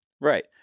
Right